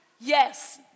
Yes